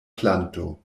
planto